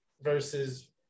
versus